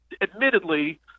admittedly